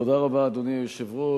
אדוני היושב-ראש,